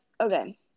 okay